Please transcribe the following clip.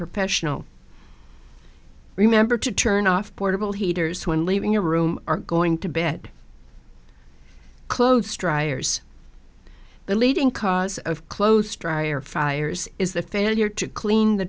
professional remember to turn off portable heaters when leaving a room or going to bed clothes dryers the leading cause of clothes dryer fires is the failure to clean the